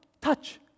touch